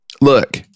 look